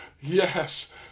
yes